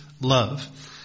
love